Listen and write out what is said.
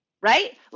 right